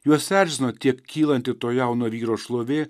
juos erzino tiek kylanti to jauno vyro šlovė